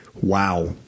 wow